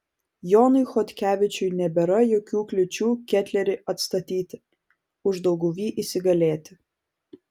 jonui chodkevičiui nebėra jokių kliūčių ketlerį atstatyti uždauguvy įsigalėti